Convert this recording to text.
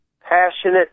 passionate